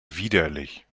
widerlich